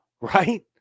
right